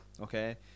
okay